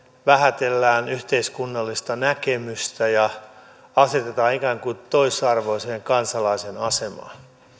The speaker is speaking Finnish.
vähätellään yhteiskunnallista näkemystä ja asetetaan ikään kuin toisarvoisen kansalaisen asemaan